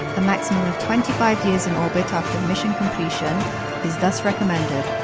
a maximum of twenty five years in orbit ah mission completion is, thus, recommended.